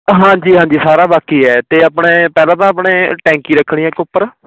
ਹਾਂਜੀ ਹਾਂਜੀ ਸਾਰਾ ਬਾਕੀ ਹੈ ਅਤੇ ਆਪਣੇ ਪਹਿਲਾਂ ਤਾਂ ਆਪਣੇ ਟੈਂਕੀ ਰੱਖਣੀ ਇੱਕ ਉੱਪਰ